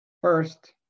First